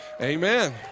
Amen